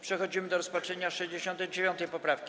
Przechodzimy do rozpatrzenia 69. poprawki.